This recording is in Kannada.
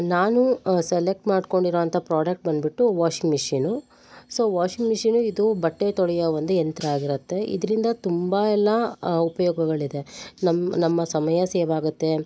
ನಾನು ಸೆಲೆಕ್ಟ್ ಮಾಡ್ಕೊಂಡಿರೋ ಅಂಥ ಪ್ರಾಡಕ್ಟ್ ಬಂದ್ಬಿಟ್ಟು washing machine so washing machine ಇದು ಬಟ್ಟೆ ತೊಳೆಯೋ ಒಂದು ಯಂತ್ರ ಆಗಿರುತ್ತೆ ಇದರಿಂದ ತುಂಬ ಎಲ್ಲಾ ಉಪಯೋಗಗಳಿದೆ ನಮ್ಮ ನಮ್ಮ ಸಮಯ ಸೇವ್ ಆಗುತ್ತೆ